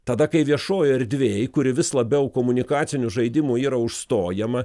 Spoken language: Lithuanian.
tada kai viešojoj erdvėj kuri vis labiau komunikacinių žaidimų yra užstojama